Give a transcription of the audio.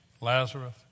Lazarus